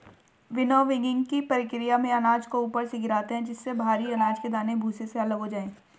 विनोविंगकी प्रकिया में अनाज को ऊपर से गिराते है जिससे भरी अनाज के दाने भूसे से अलग हो जाए